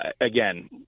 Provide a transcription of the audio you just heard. again